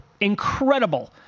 Incredible